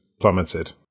plummeted